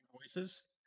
voices